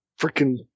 freaking